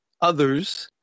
others